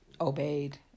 obeyed